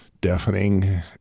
deafening